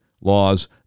law's